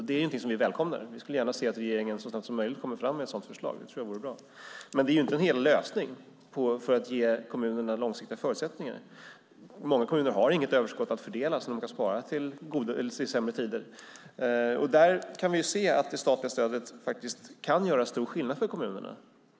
Det är någonting som vi välkomnar. Vi skulle gärna se att regeringen så snabbt som möjligt kommer fram med ett sådant förslag. Det vore bra. Men det är inte en hel lösning för att ge kommunerna långsiktiga förutsättningar. Många kommuner har inte något överskott att fördela som kan sparas till sämre tider. Där kan vi se att det statliga stödet faktiskt kan göra stor skillnad för kommunerna.